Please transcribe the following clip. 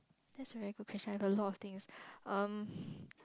that's a very good question I have a lot of things um